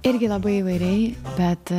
irgi labai įvairiai bet